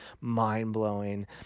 mind-blowing